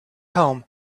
home